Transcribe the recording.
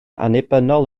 annibynnol